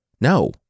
No